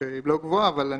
הנקודה היא